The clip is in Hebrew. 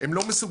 הם לא מסוגלים.